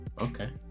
Okay